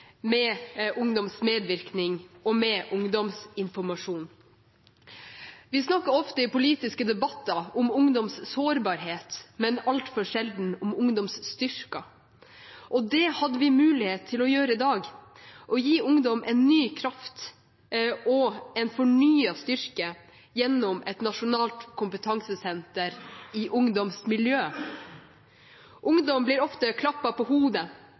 og ungdomsinformasjon. Vi snakker ofte i politiske debatter om ungdoms sårbarhet, men altfor sjelden om ungdoms styrker. Det hadde vi mulighet til å gjøre i dag og gi ungdom en ny kraft og en fornyet styrke gjennom et nasjonalt kompetansesenter for ungdomsmiljø. Ungdom blir ofte klappet på hodet